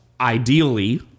Ideally